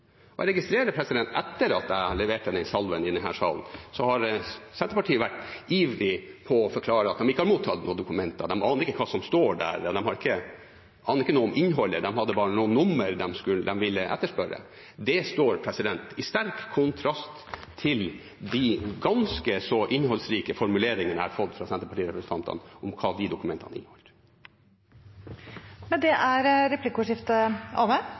Jeg registrerer at etter at jeg leverte den salven i denne salen, har Senterpartiet vært ivrig på å forklare at de ikke har mottatt noen dokumenter, de aner ikke hva som står der, de aner ikke noe om innholdet, de hadde bare noen nummer de ville etterspørre. Det står i sterk kontrast til de ganske så innholdsrike formuleringene jeg har fått fra Senterparti-representantene om hva de dokumentene inneholder. Replikkordskiftet er omme.